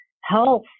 health